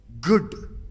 Good